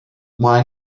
mae